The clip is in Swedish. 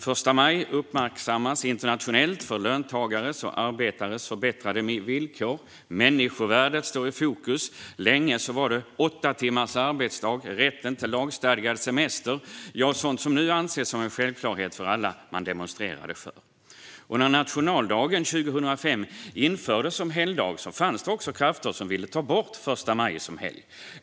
Första maj uppmärksammas internationellt för löntagares och arbetares förbättrade villkor. Människovärdet står i fokus. Länge var det åtta timmars arbetsdag, rätten till lagstadgad semester och sådant som nu anses som en självklarhet för alla som man demonstrerade för. När nationaldagen infördes som helgdag 2005 fanns det krafter som ville ta bort första maj som helg.